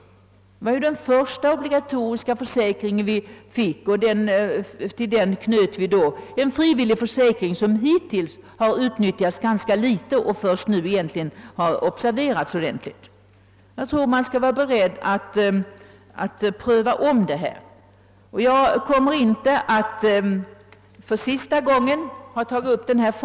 Till den första obligatoriska försäkring som infördes knöts en frivillig försäkring, som hittills har utnyttjats ganska litet och som egentligen först nu har observerats ordentligt. Jag menar att man borde vara beredd att ompröva detta system. Detta är inte den sista gången jag tar upp denna fråga.